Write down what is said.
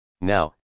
Now